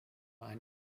ein